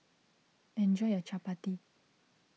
enjoy your Chapati